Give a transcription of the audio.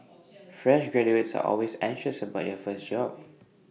fresh graduates are always anxious about their first job